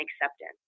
acceptance